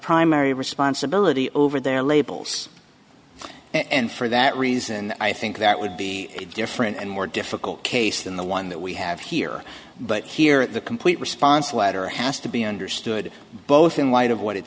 primary responsibility over their labels and for that reason i think that would be a different and more difficult case than the one that we have here but here at the complete response letter has to be understood both in light of what it